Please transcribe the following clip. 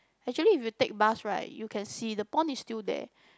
actually if you take bus right you can see the pond is still there